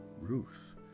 Ruth